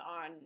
on